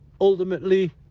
ultimately